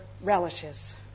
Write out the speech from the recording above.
relishes